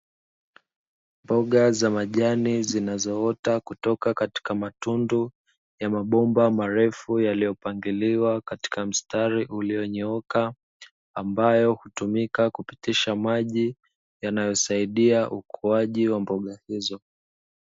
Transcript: Mboga za majani zinazoota kutoka katika matundu ya mabomba marefu yaliyopangiliwa katika mstari ulionyooka, ambayo hutumika kupitisha maji yanayosaidia ukuaji wa mboga hizo.